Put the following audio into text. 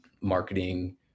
marketing